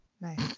nice